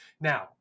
now